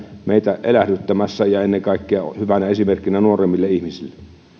meitä elähdyttämässä ja ennen kaikkea hyvänä esimerkkinä nuoremmille ihmisille